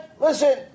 listen